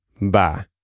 Bye